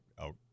out